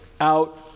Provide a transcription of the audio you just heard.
out